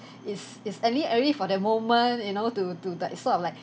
it's it's early early for the moment you know to to that sort of like